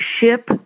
ship